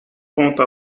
compte